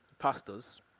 Pastors